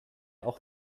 auch